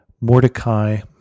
Mordecai